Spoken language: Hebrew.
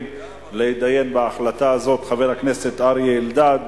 להתדיין בהחלטה הזאת: חבר הכנסת אריה אלדד,